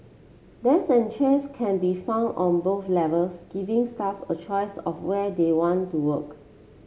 desks and chairs can be found on both levels giving staff a choice of where they want to work